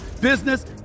business